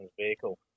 vehicle